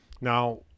Now